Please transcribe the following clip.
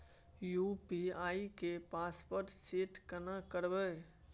UPI के password set केना करबे?